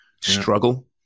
struggle